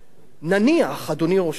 אומרת, קראתי בעיתון